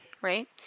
right